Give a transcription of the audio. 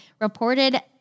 Reported